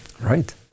Right